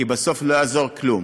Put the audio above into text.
כי בסוף, לא יעזור כלום,